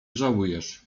żałujesz